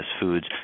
foods